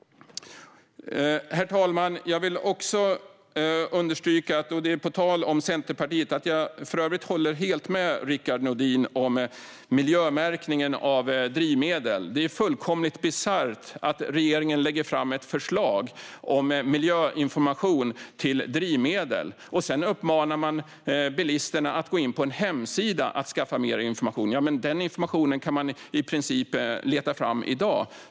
Herr talman! På tal om Centerpartiet vill jag understryka att jag helt håller med Rickard Nordin om miljömärkningen av drivmedel. Det är fullkomligt bisarrt att regeringen lägger fram ett förslag om miljöinformation om drivmedel och sedan uppmanar bilister att gå in på en hemsida för att skaffa mer information. Den informationen kan man ju i princip leta fram redan i dag.